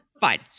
Fine